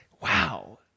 Wow